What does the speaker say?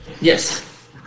yes